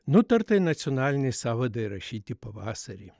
nutarta į nacionalinį sąvadą įrašyti pavasarį